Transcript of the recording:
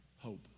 Hope